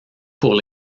pour